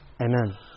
Amen